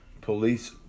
police